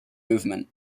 movement